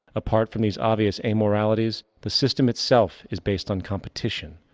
apart from these obvious amoralities, the system itself is based on competition,